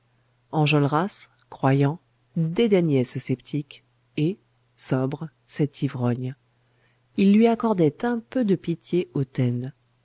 enjolras croyant dédaignait ce sceptique et sobre cet ivrogne il lui accordait un peu de pitié hautaine